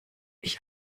ich